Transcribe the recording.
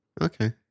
Okay